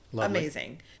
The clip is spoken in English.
Amazing